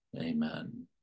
amen